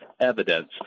evidence